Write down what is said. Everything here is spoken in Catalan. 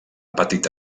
petita